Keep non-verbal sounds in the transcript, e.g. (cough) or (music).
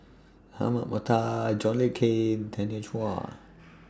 Ahmad Mattar John Le Cain Tanya Chua (noise)